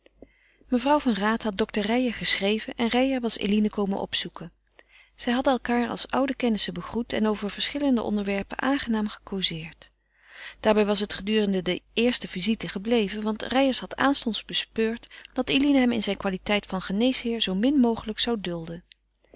mevrouw van raat had dokter reijer geschreven en reijer was eline komen opzoeken zij hadden elkaar als oude kennissen begroet en over verschillende onderwerpen aangenaam gecauzeerd daarbij was het gedurende die eerste visite gebleven want reijer had aanstonds bespeurd dat eline hem in zijne qualiteit van geneesheer zoo min mogelijk zou dulden